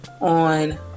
on